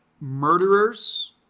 Murderers